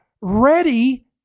ready